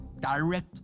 direct